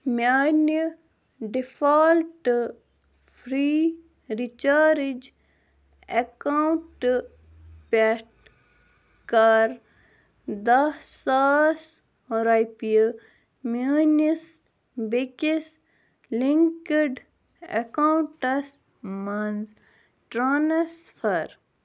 میٛانہِ default free recharge account پٮ۪ٹھ کَر دَہ ساس رۄپیہِ میٛٲنِس بیٚکِس لِنٛکٕڈ اٮ۪کاوُنٛٹَس منٛز ٹرٛانسفَر